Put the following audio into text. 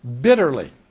bitterly